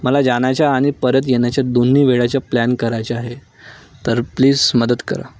मला जाण्याच्या आणि परत येण्याच्या दोन्ही वेळाच्या प्लॅन करायचा आहे तर प्लीज मदत करा